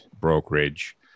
brokerage